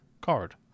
Card